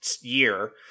year